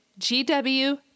GW